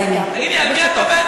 תגידי, על מי את עובדת?